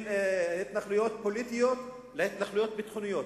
בין התנחלויות פוליטיות להתנחלויות ביטחוניות,